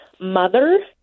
Mother